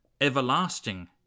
everlasting